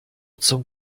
zum